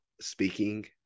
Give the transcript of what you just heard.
speaking